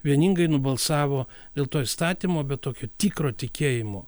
vieningai nubalsavo dėl to įstatymo bet tokio tikro tikėjimo